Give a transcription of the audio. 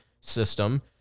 system